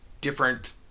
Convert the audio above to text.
different